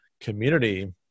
community